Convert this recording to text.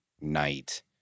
night